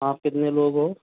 आप कितने लोग हो